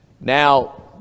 now